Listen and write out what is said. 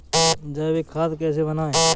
जैविक खाद कैसे बनाएँ?